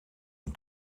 een